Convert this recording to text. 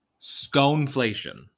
sconeflation